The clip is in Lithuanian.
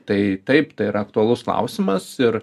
tai taip tai yra aktualus klausimas ir